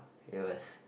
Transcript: it was